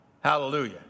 Hallelujah